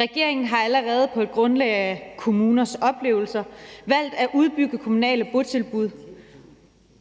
Regeringen har allerede på grundlag af kommuners oplevelser valgt at udbygge kommunale botilbud.